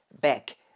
back